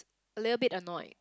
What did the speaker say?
a little bit annoyed